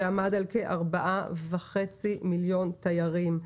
שעמד על כ-4.5 מיליון תיירים.